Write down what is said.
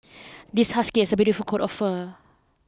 this husky has a beautiful coat of fur